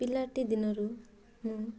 ପିଲାଟି ଦିନରୁ ମୁଁ